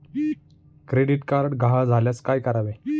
Credit card गहाळ झाल्यास काय करावे?